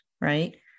right